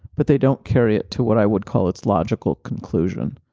but they don't carry it to what i would call its logical conclusion.